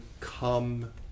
come